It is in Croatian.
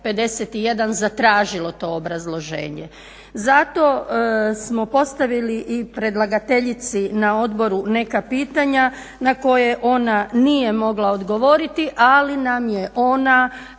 151 zatražilo to obrazloženje. Zato smo postavili i predlagateljici na odboru neka pitanja na koje ona nije mogla odgovoriti, ali nam je ona